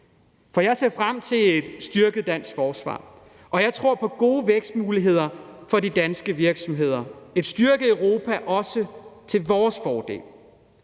for jeg ser frem til et styrket dansk forsvar, og jeg tror på gode vækstmuligheder for de danske virksomheder. Et styrket Europa er også til vores fordel.